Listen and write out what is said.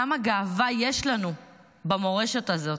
כמה גאווה יש לנו במורשת הזאת,